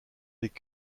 des